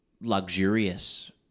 luxurious